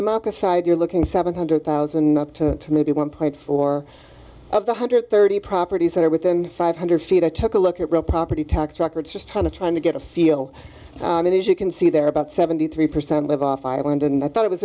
a side you're looking seven hundred thousand up to maybe one point four of the hundred thirty properties that are within five hundred feet i took a look at real property tax records just kind of trying to get a feel it is you can see there are about seventy three percent live off island and i thought it was